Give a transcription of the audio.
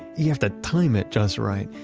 you have to time it just right.